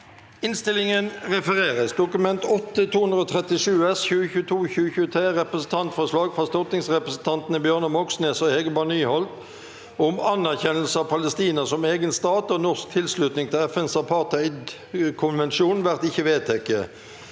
følgende v e d t a k : Dokument 8:237 S (2022–2023) – Representantforslag fra stortingsrepresentantene Bjørnar Moxnes og Hege Bae Nyholt om anerkjennelse av Palestina som egen stat og norsk tilslutning til FNs apartheidkonvensjon – vert ikkje vedteke.